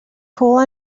pool